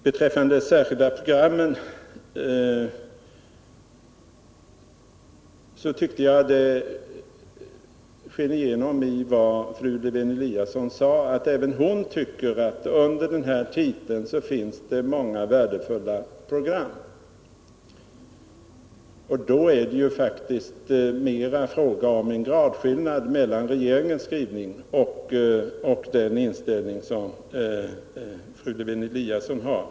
Beträffande de särskilda programmen tyckte jag att det sken igenom i vad fru Lewén-Eliasson sade att även hon tycker att det under den här titeln finns många värdefulla program. Då är det ju faktiskt mera fråga om en gradskillnad mellan regeringens skrivning och den inställning som fru Lewén-Eliasson har.